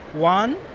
one,